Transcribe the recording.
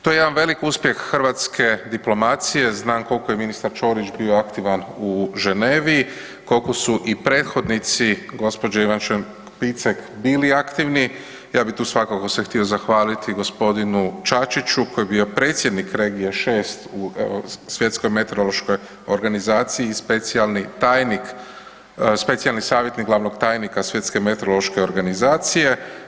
To je jedan velik uspjeh hrvatske diplomacije, znam koliko je ministar Ćorić bio aktivan u Ženevi, koliko su i prethodnici gđa. Ivančan Picek bili aktivni, ja bi tu svakako se htio zahvaliti i g. Čačiću koji je bio predsjednik Regije 6 u Svjetskoj meteorološkoj organizaciji i specijalni tajnik, specijalni savjetnik glavnog tajnika Svjetske meteorološke organizacije.